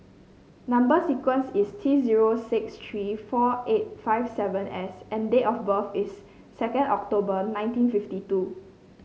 number sequence is T zero six three four eight five seven S and date of birth is second October nineteen fifty two